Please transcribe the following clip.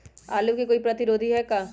आलू के कोई प्रतिरोधी है का?